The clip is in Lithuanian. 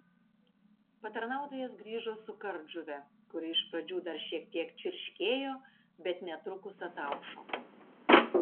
patarnautojas grįžo su kardžuve kuri iš pradžių dar šiek tiek čirškėjo bet netrukus ataušo